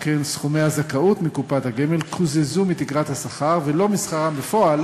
שכן סכומי הזכאות מקופת הגמל קוזזו מתקרת השכר ולא משכרם בפועל,